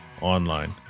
online